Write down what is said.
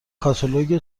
تاگالوگ